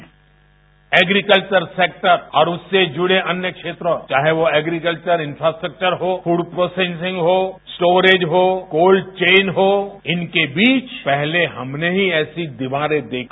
sound bite agriculture sector और उससे जुड़े अन्य क्षेत्रों चाहे वो एग्रीकल्चर इन्फ्रास्ट्रक्चर हो फूड प्रोसेसिंग हो स्टोरेज हो कोल्ड चेन हो इनके बीच पहले हमने ही ऐसी दीवारें देखी हैं